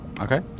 Okay